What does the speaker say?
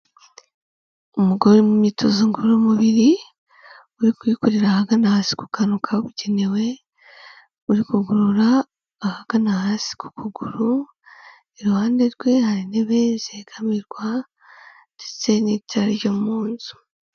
Umugore uri mu myitozo ngororamubiri uri kuyikorera ahagana hasi ku kanwa ka bugenewe, uri kugorora ahagana hasi ku kuguru, iruhande rwe hari intebe zegamirwa ndetse n'itara ryo mu nzu.